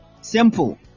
Simple